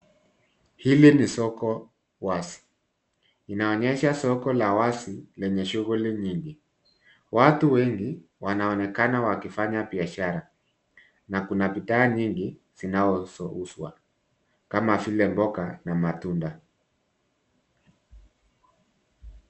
Hili ni soko wazi. Inaonyesha soko la wazi lenye shughuli nyingi. Watu wengi wanaonekana wakifanya biashara na kuna bidhaa nyingi zinazouzwa kama vile mboga na matunda.